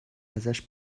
ازش